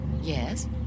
Yes